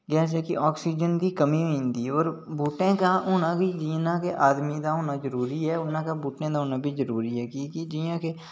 जेह्की आक्सिजन दी कमी होई जंदी और बूहटे दा होना बी जिन्ना आदमी दा होना जरूरी ऐ उन्ना गै बूहटें दा होना बी जरूरी ऐ जि'यां केि